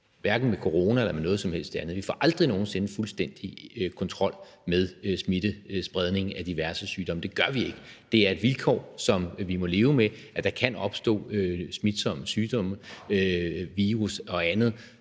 hverken med corona eller med noget som helst andet. Vi får aldrig nogen sinde fuldstændig kontrol med smittespredning af diverse sygdomme, det gør vi ikke, for det er et vilkår, som vi må leve med, altså at der kan opstå smitsomme sygdomme, virus og andet,